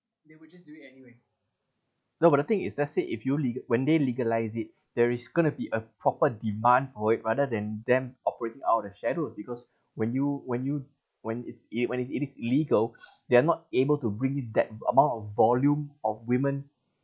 no but the thing is let's say if you lega~ when they legalise it there is going to be a proper demand for it rather than them operating out of the shadows because when you when you when is it when it is legal they are not able to bring that amount of volume of women